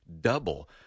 Double